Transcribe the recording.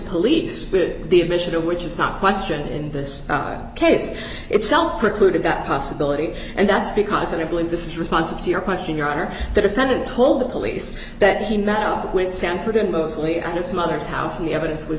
police the admission of which is not question in this case itself precluded that possibility and that's because in a blink this response to your question your honor the defendant told the police that he met up with sanford in mostly his mother's house and the evidence was